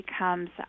becomes